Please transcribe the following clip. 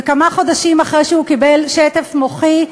וכמה חודשים אחרי שהוא קיבל שטף-דם מוחי,